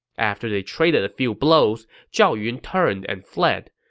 after they traded a few blows, zhao yun turned and fled.